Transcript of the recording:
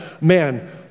man